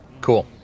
Cool